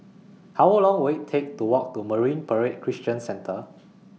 How Long Will IT Take to Walk to Marine Parade Christian Centre